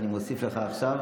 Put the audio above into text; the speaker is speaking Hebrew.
אני מוסיף לך עכשיו.